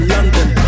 London